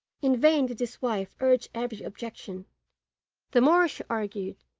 in vain did his wife urge every objection the more she argued,